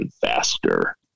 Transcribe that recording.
faster